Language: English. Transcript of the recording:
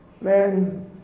Man